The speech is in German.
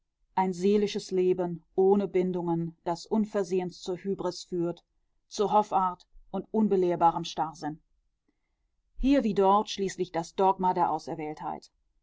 ein seelisches leben ohne bindungen das unversehens zur hybris führt zu hoffart und unbelehrbarem starrsinn hier wie dort schließlich das dogma der auserwähltheit